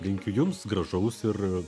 linkiu jums gražaus ir